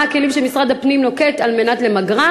הכלים שמשרד הפנים נוקט על מנת למגרה.